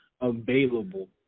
available